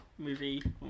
Movie